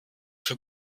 für